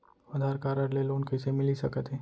आधार card ले loan कइसे मिलिस सकत हे?